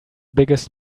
biggest